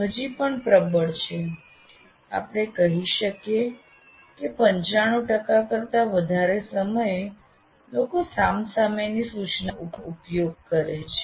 હજી પણ પ્રબળ છે આપણે કહી શકીએ કે 95 કરતા વધારે સમયે લોકો સામ સામેની સૂચનાનો ઉપયોગ કરે છે